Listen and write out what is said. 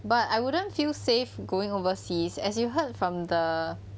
but I wouldn't feel safe going overseas as you heard from the